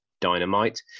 Dynamite